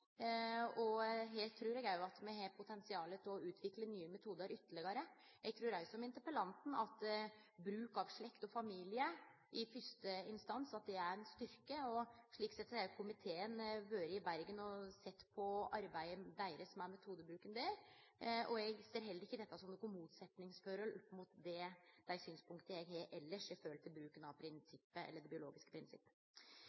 interessante. Her trur eg me har potensial til å utvikle ytterlegare nye metodar. Eg trur òg, som interpellanten, at bruk av slekt og familie i første instans er ein styrke. Komiteen har vore i Bergen og sett på arbeidet med metodebruken der. Eg ser heller ikkje dette som noka motsetning til dei synspunkta eg har elles når det gjeld bruken av